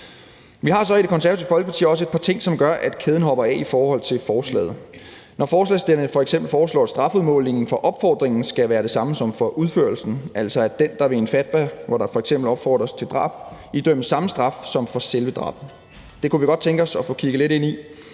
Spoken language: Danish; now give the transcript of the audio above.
Vi har så i Det Konservative Folkeparti også et par ting, som gør, at kæden hopper af i forhold til forslaget, f.eks. når forslagsstillerne foreslår, at strafudmålingen for opfordringen skal være den samme som for udførelsen, altså at den, der udsteder en fatwa, som f.eks. opfordrer til drab, idømmes samme straf, som der idømmes for selve drabet .Det kunne vi godt tænke os at få kigget lidt ind i.